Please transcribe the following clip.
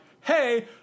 hey